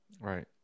Right